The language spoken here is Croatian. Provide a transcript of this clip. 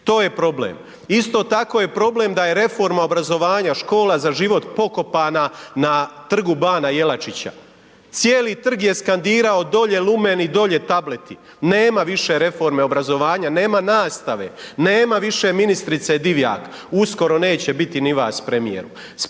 To je problem. Isto tako je problem da je reforma obrazovanja Škola za život pokopana na Trgu bana Jelačića. Cijeli trg je skandirao dolje lumeni, dolje tableti. Nema više reforme obrazovanja, nema nastave. Nema više ministrice Divjak. Uskoro neće biti ni vas, premijeru.